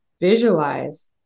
visualize